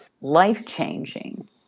life-changing